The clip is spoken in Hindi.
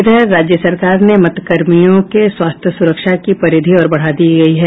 इधर राज्य सरकार ने मतदानकर्मियों के स्वास्थ्य सुरक्षा की परिधि और बढ़ा दी है